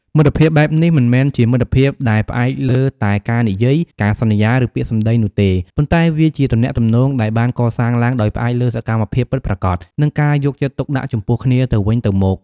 មិត្តភាពបែបនេះមិនមែនជាមិត្តភាពដែលផ្អែកលើតែការនិយាយ ការសន្យា ឬពាក្យសម្ដីនោះទេ ប៉ុន្តែវាជាទំនាក់ទំនងដែលបានកសាងឡើងដោយផ្អែកលើសកម្មភាពពិតប្រាកដនិងការយកចិត្តទុកដាក់ចំពោះគ្នាទៅវិញទៅមក។